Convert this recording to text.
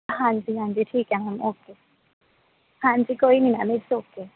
ਹਾਂਜੀ ਹਾਂਜੀ ਠੀਕ ਹੈ ਹੁਣ ਓਕੇ ਹਾਂਜੀ ਕੋਈ ਨਹੀਂ ਮੈਮ ਇਟਸ ਓਕੇ